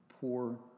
Poor